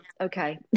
okay